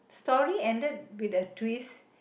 story ended with a twist